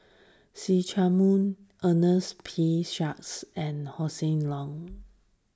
See Chak Mun Ernest P Shanks and Hossan Leong